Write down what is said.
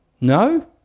no